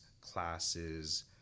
classes